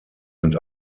sind